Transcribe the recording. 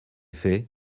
fait